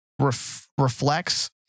reflects